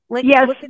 Yes